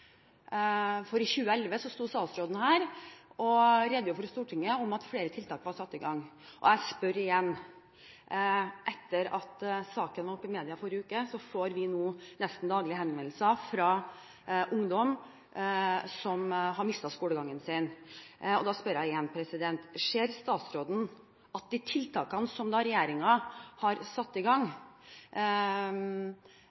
satt i gang. Etter at saken var oppe i media i forrige uke, får vi nå nesten daglige henvendelser fra ungdom som har mistet skolegangen sin. Da spør jeg igjen: Ser statsråden at de tiltakene som regjeringen har satt i gang,